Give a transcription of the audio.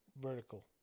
vertical